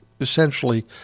essentially